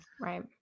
Right